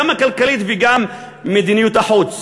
גם המדיניות הכלכלית וגם מדיניות החוץ?